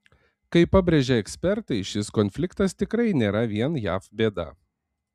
kaip pabrėžia ekspertai šis konfliktas tikrai nėra vien jav bėda